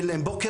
אין להם בוקר,